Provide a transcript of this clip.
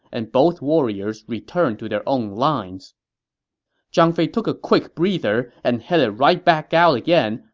and both warriors returned to their own lines zhang fei took a quick breather and headed right back out again,